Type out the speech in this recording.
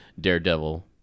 Daredevil